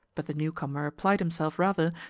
but the newcomer applied himself, rather,